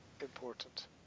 important